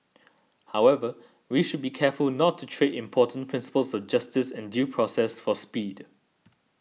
however we should be careful not to trade important principles of justice and due process for speed